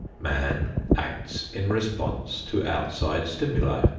man acts in response to outside stimuli.